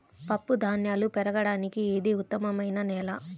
పప్పుధాన్యాలు పెరగడానికి ఇది ఉత్తమమైన నేల